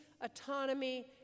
autonomy